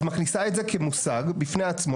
את מכניסה את זה כמושג בפני עצמו